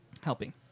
Helping